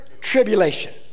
tribulation